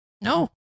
No